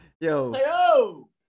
Yo